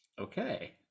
okay